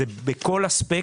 זה בכל אספקט,